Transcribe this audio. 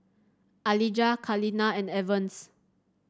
Alijah Kaleena and Evans